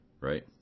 right